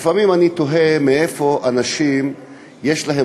לפעמים אני תוהה מאיפה אנשים יש להם